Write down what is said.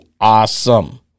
awesome